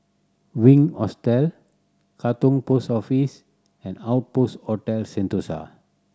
Wink Hostel Katong Post Office and Outpost Hotel Sentosa